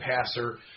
passer